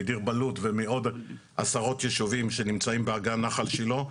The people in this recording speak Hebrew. מדיר בלוט ומעוד עשרות ישובים שנמצאים באגן נחל שילה.